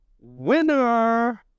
winner